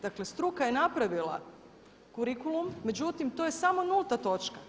Dakle struka je napravila kurikulum međutim to je samo nulta točka.